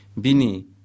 bini